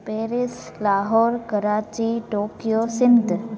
Paris Lahore Karachi Tokyo Sindh